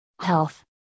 health